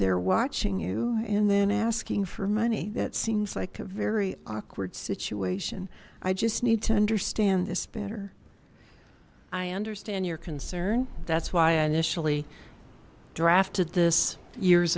there watching you in then asking for money that seems like a very awkward situation i just need to understand this better i understand your concern that's why i initially drafted this years